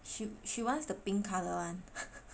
she she wants the pink colour one